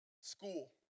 School